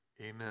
amen